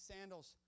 sandals